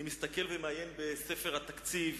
אני מעיין בספר התקציב,